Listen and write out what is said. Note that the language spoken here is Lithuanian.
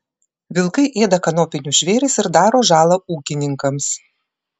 vilkai ėda kanopinius žvėris ir daro žalą ūkininkams